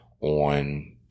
on